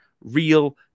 real